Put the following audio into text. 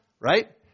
right